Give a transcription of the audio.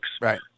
Right